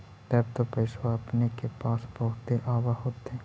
तब तो पैसबा अपने के पास बहुते आब होतय?